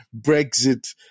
brexit